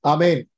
Amen